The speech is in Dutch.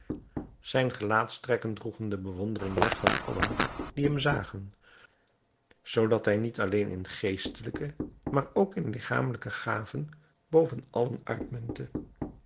zijne gelaatstrekken droegen de bewondering weg van allen die hem zagen zoodat hij niet alleen in geestelijke maar ook in ligchamelijke gaven boven allen uitmuntte